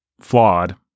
flawed